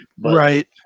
Right